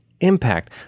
impact